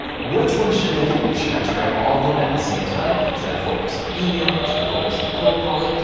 which one should i do? should i try all of them at the same time? should i focus on email? should i focus on cold calling?